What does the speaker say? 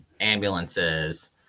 ambulances